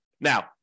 Now